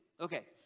Okay